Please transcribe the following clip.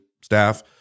staff